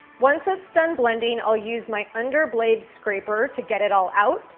once it's done blending, i'll use my under blade scraper to get it all out,